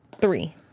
Three